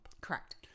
Correct